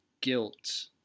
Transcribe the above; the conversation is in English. guilt